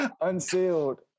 Unsealed